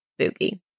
Spooky